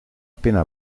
appena